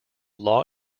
law